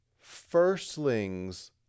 firstlings